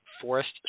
Forest